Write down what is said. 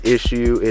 Issue